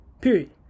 Period